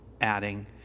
Adding